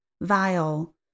Vile